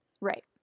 Right